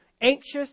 anxious